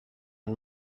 and